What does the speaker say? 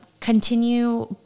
continue